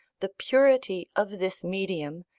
the purity of this medium,